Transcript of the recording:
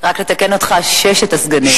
רק לתקן אותך, ששת הסגנים.